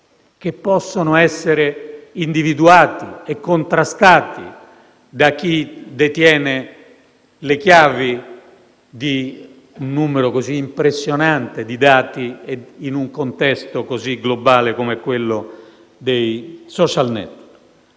possono essere individuati e contrastati da chi detiene le chiavi di un numero così impressionante di dati, in un contesto così globale come quello dei *social network*.